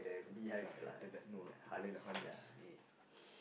ah ya no no to collect the honeys yes